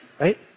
right